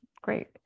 great